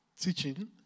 teaching